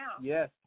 Yes